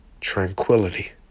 tranquility